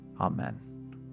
amen